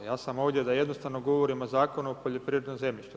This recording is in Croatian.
Ja sam ovdje da jednostavno govorim o Zakonu o poljoprivrednom zemljištu.